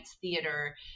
theater